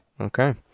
Okay